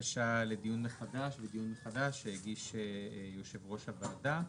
בקשה לדיון מחדש שהגיש יושב-ראש הוועדה.